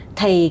thì